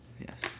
Yes